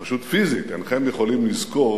פשוט פיזית אינכם יכולים לזכור